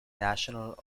national